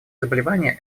заболевания